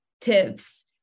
tips